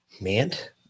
Mant